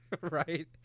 Right